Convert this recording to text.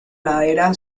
ladera